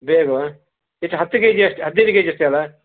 ಬೇಗವಾ ಎಷ್ಟು ಹತ್ತು K G ಅಷ್ಟು ಹದಿನೈದು ಕೆ ಜಿ ಅಷ್ಟೆ ಅಲ್ಲ